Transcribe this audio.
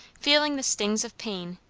feeling the stings of pain,